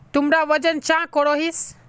तुमरा वजन चाँ करोहिस?